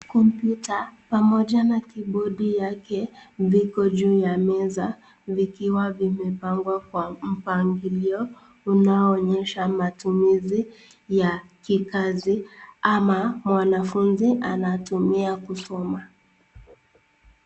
Kompyuta pamoja na kibodi yake viko juu ya meza vikiwa vimepangwa kwa mpangilio unaonyesha matumizi ya kikazi ama mwanafuzi anatumia kusoma.